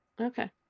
Okay